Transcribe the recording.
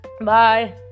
Bye